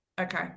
Okay